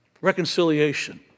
reconciliation